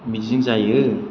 बिदिजों जायो